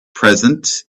present